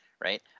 right